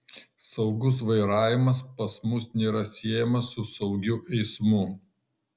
saugus vairavimas pas mus nėra siejamas su saugiu eismu